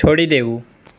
છોડી દેવું